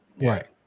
Right